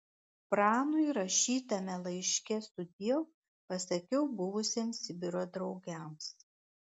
pranui rašytame laiške sudiev pasakiau buvusiems sibiro draugams